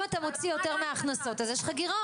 אם אתה מוציא יותר מההכנסות אז יש לך גירעון.